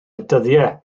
dyddiau